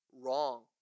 wrong